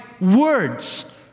words